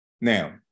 Now